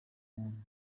muntu